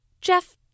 Jeff